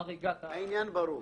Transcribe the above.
העניין ברור,